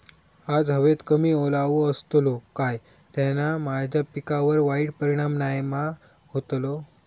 आज हवेत कमी ओलावो असतलो काय त्याना माझ्या पिकावर वाईट परिणाम नाय ना व्हतलो?